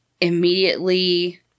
immediately